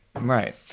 Right